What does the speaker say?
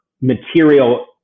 material